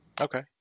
Okay